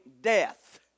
death